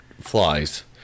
flies